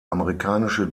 amerikanische